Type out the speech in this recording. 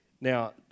Now